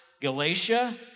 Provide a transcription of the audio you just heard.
Galatia